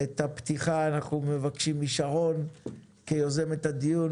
נבקש משרון רופא אופיר כיוזמת הדיון